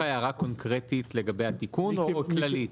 הערה קונקרטית לגבי התיקון או כללית?